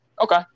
Okay